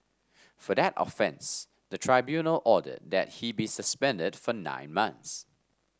for that offence the tribunal ordered that he be suspended for nine months